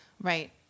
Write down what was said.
Right